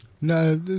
No